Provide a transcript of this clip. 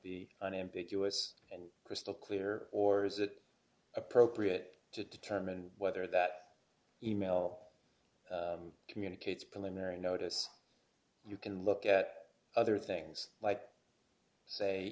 be unambiguous and crystal clear or is it appropriate to determine whether that e mail communicates preliminary notice you can look at other things like say